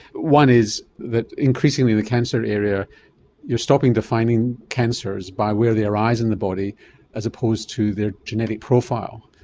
one is that increasingly in the cancer area you are stopping defining cancers by where they arise in the body as opposed to their genetic profile,